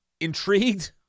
intrigued